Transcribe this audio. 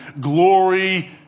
glory